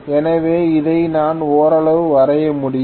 எனவே இதை நான் ஓரளவு வரைய முடியும்